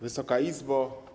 Wysoka Izbo!